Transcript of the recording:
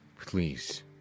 Please